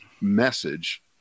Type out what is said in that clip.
message